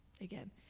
Again